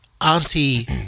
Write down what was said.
Auntie